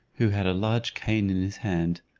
who had a large cane in his hand.